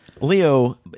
Leo